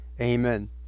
Amen